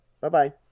bye-bye